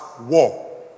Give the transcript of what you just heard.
war